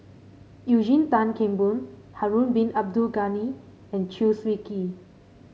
Eugene Tan Kheng Boon Harun Bin Abdul Ghani and Chew Swee Kee